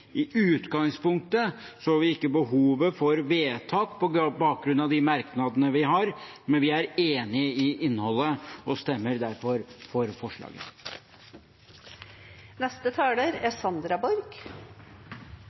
I utgangspunktet så vi ikke behovet for vedtak på bakgrunn av de merknadene vi har, men vi er enig i innholdet og stemmer derfor for forslaget.